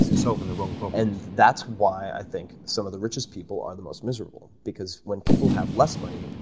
so you're solving the wrong problems? and that's why i think some of the richest people are the most miserable because when people have less money,